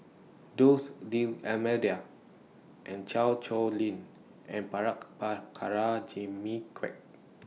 dose D'almeida Chan Sow Lin and Jimmy Quek